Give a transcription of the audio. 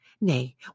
Nay